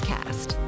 Cast